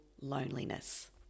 loneliness